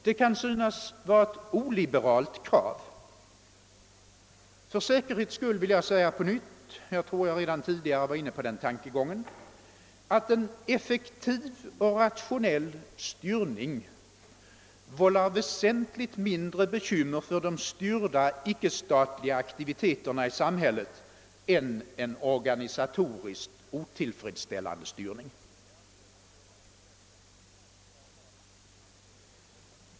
Det kan synas vara ett oliberalt krav. Jag tror att jag redan tidigare var inne på tankegången men vill för säkerhets skull nu upprepa, att en effektiv och rationell styrning vållar väsentligt mindre svårigheter för de styrda icke-statliga aktiviteterna i samhället än en organisatoriskt otillfredsställande styrning.